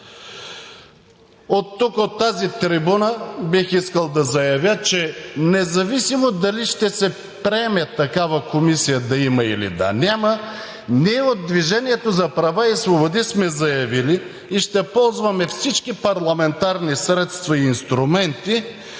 Оттук, от тази трибуна, бих искал да заявя, че независимо дали ще се приеме такава комисия да има или да няма, ние от „Движението за права и свободи“ сме заявили и ще ползваме всички парламентарни средства и инструменти